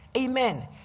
Amen